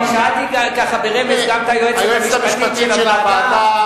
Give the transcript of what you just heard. שאלתי ברמז גם את היועצת המשפטית של הוועדה,